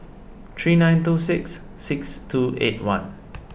three nine two six six two eight one